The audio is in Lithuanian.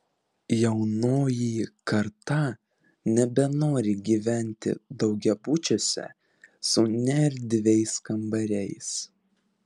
jaunoji karta nebenori gyventi daugiabučiuose su neerdviais kambariais